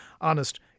honest